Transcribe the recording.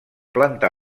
planta